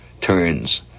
turns